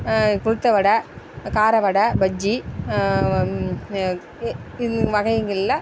உளுத்தம் வடை கார வடை பஜ்ஜி இந்த வகைங்கள்லாம்